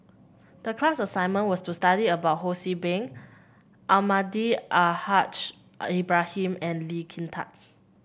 the class assignment was to study about Ho See Beng Almahdi Al Haj Ibrahim and Lee Kin Tat